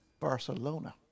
Barcelona